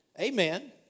Amen